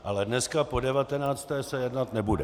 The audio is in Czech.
Ale dneska po devatenácté se jednat nebude.